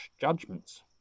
judgments